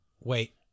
wait